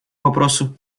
вопросу